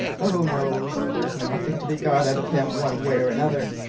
who knows? there's nothing to be got out of him one way or another.